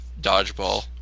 Dodgeball